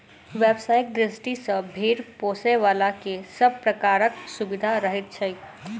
व्यवसायिक दृष्टि सॅ भेंड़ पोसयबला के सभ प्रकारक सुविधा रहैत छै